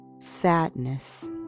sadness